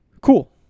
Cool